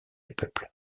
peuple